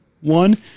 One